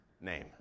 name